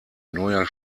neuer